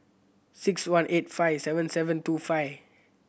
six one eight five seven seven two five